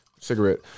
Cigarette